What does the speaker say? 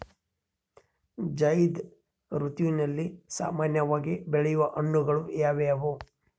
ಝೈಧ್ ಋತುವಿನಲ್ಲಿ ಸಾಮಾನ್ಯವಾಗಿ ಬೆಳೆಯುವ ಹಣ್ಣುಗಳು ಯಾವುವು?